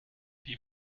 wie